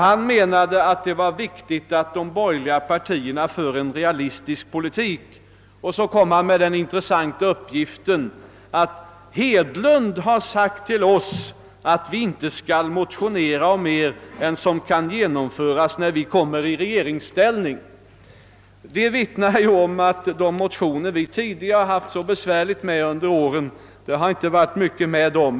Han menade att det var viktigt att de borgerliga partierna för en realistisk politik: Hedlund har sagt till oss att vi inte skall motionera om mer än som kan genomföras när vi kommit i regeringsställning.» Detta vittnar om att det inte varit mycket med de motioner som under åren förorsakat oss här i riksdagen så stort besvär.